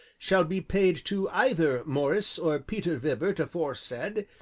shall be paid to either maurice or peter vibart aforesaid,